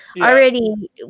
already